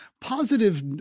positive